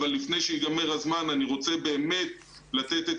אבל לפני שייגמר הזמן אני רוצה באמת לתת את